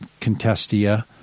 Contestia